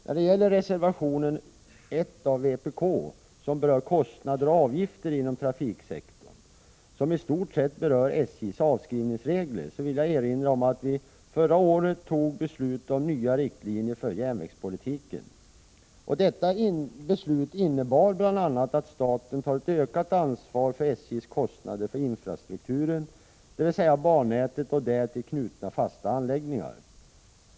När det gäller reservation 1 av vpk, angående kostnader och avgifter inom trafiksektorn, som i stort sett berör SJ:s avskrivningsregler, vill jag erinra om att vi förra året fattade beslut om nya riktlinjer för järnvägspolitiken. Detta beslut innebär bl.a. att staten tar ett ökat ansvar för SJ:s kostnader för infrastrukturen, dvs. bannätet och därtill knutna fasta anläggningar.